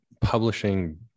publishing